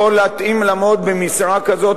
יכול להתאים לעמוד במשרה כזאת,